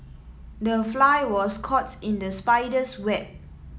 the fly was caught in the spider's web